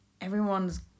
everyone's